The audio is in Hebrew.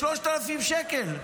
זה 3,000 שקל.